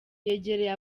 yegereye